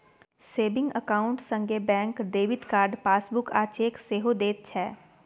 saving account संगे bank debit card, passbook आ cheque सेहो दैत छै